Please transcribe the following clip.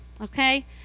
okay